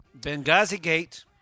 Benghazi-gate